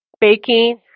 baking